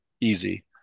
Easy